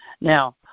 Now